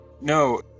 No